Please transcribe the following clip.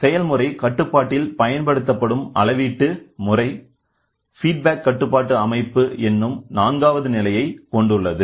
செயல் முறை கட்டுப்பாட்டில் பயன்படுத்தப்படும் அளவீட்டு முறை ஃபீட்பேக் கட்டுப்பாட்டு அமைப்பு என்னும் நான்காவது நிலையை கொண்டுள்ளது